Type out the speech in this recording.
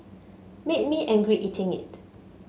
made me angry eating it